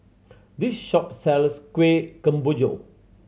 this shop sells Kuih Kemboja